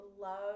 love